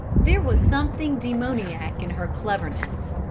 there was something demoniac in her cleverness,